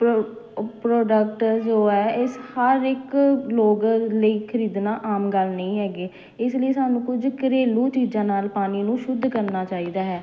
pro ਅ product ਆ ਜੋ ਹੈ ਇਸ ਹਰ ਇੱਕ ਲੋਕਾਂ ਦੇ ਲਈ ਖਰੀਦਣਾ ਆਮ ਗੱਲ ਨਹੀਂ ਹੈਗੇ ਇਸ ਲਈ ਸਾਨੂੰ ਕੁਝ ਘਰੇਲੂ ਚੀਜ਼ਾਂ ਨਾਲ ਪਾਣੀ ਨੂੰ ਸ਼ੁੱਧ ਕਰਨਾ ਚਾਹੀਦਾ ਹੈ